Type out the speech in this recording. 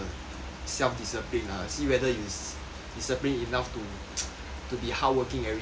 self discipline ah see whether you disciplined enough to to be hardworking everyday or not ah